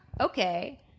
Okay